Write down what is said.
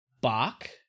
Bach